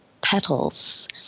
petals